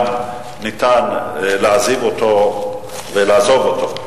גם ניתן להעזיב אותו ולעזוב אותו.